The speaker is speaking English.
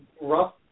rough